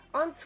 on